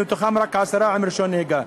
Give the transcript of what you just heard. מתוכם רק עשרה עם רישיון נהיגה,